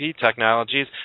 Technologies